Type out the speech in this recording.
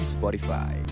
Spotify